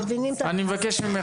אני מבקש ממך,